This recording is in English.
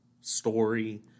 story